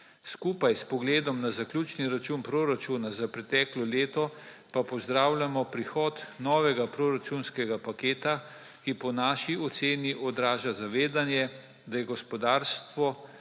Skupaj s pogledom na zaključni račun proračuna za preteklo leto pa pozdravljamo prihod novega proračunskega paketa, ki po naši oceni odraža zavedanje, da je gospodarstvo